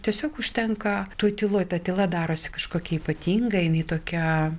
tiesiog užtenka tu tyloj ta tyla darosi kažkokia ypatinga jinai tokia